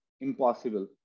impossible